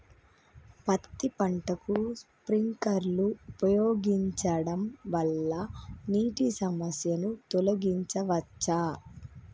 పత్తి పంటకు స్ప్రింక్లర్లు ఉపయోగించడం వల్ల నీటి సమస్యను తొలగించవచ్చా?